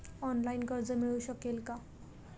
Online कर्ज मिळू शकेल का?